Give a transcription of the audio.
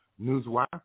Newswire